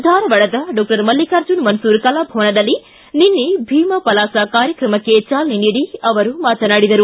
ಧಾರವಾಡದ ಡಾಕ್ಷರ್ ಮಲ್ಲಿಕಾರ್ಜುನ ಮನಸೂರು ಕಲಾಭವನದಲ್ಲಿ ನಿನ್ನೆ ಭೀಮಪಲಾಸ ಕಾರ್ಯಕ್ರಮಕ್ಕೆ ಚಾಲನೆ ನೀಡಿ ಅವರು ಮಾತನಾಡಿದರು